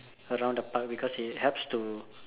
around the park because it helps to